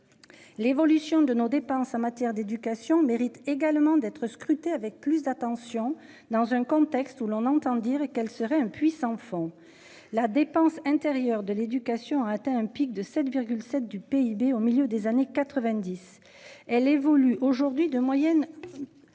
L'évolution de nos dépenses en matière d'éducation mérite également d'être scruté avec plus d'attention dans un contexte où l'on entend dire et qu'elle serait un puissant fond la dépense intérieure de l'éducation a atteint un pic de 7, 7 du PIB au milieu des années 90, elle évolue aujourd'hui de moyenne.